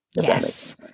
Yes